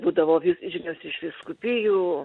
būdavo žinios iš vyskupijų